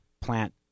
plant